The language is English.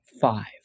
five